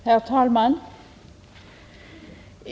Herr talman!